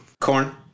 Corn